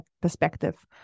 perspective